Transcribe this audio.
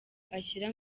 ashyira